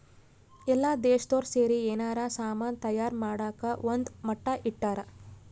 ಎಲ್ಲ ದೇಶ್ದೊರ್ ಸೇರಿ ಯೆನಾರ ಸಾಮನ್ ತಯಾರ್ ಮಾಡಕ ಒಂದ್ ಮಟ್ಟ ಇಟ್ಟರ